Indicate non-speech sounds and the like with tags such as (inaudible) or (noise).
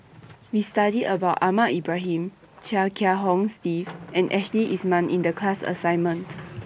(noise) We studied about Ahmad Ibrahim Chia Kiah Hong Steve and Ashley Isham in The class assignment